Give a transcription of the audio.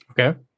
Okay